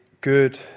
good